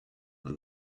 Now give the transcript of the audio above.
that